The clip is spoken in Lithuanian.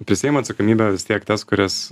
prisiima atsakomybę vis tiek tas kuris